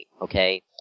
okay